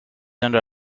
under